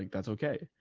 like that's okay.